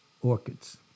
orchids